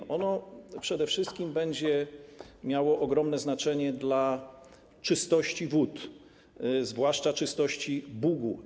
Ono przede wszystkim będzie miało ogromne znaczenie dla czystości wód, zwłaszcza czystości Bugu.